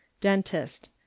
Dentist